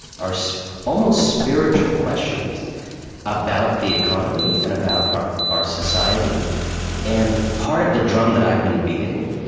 are so almost spiritual questions about the economy and about our our society and part of the drum that i've been beating,